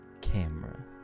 Camera